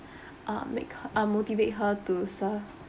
uh make her uh motivate her to serve